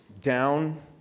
down